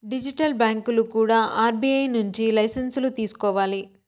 digital బ్యాంకులు కూడా RBI నుంచి లైసెన్సులు తీసుకోవాలి